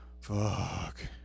Fuck